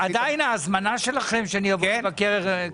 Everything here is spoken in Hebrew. --- ההזמנה שלכם שאני אבוא לבקר עדיין בתוקף?